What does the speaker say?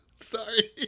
sorry